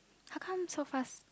how come so fast